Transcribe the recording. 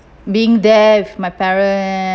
being there with my parents